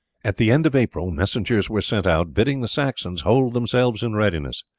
at the end of april messengers were sent out bidding the saxons hold themselves in readiness,